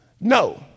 No